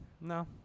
No